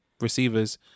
receivers